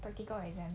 practical exam